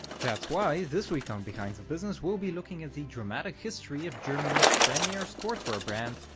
that's why, this week on behind the business, we'll be looking at the dramatic history of germany's premiere sportswear brand,